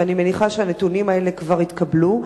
ואני מניחה שהנתונים האלה כבר התקבלו.